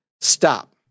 Stop